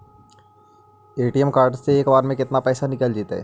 ATM card से एक बार में केतना पैसा निकल जइतै?